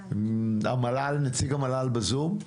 נציג המל"ל בזום?